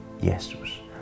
jesus